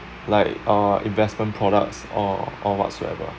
like uh investment products or or whatsoever